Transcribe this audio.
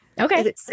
Okay